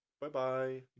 Bye-bye